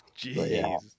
Jeez